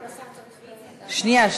שנייה.